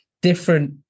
different